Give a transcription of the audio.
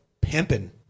pimping